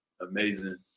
amazing